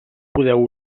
podeu